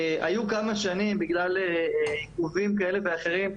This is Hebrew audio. בגלל עיכובים כאלה ואחרים,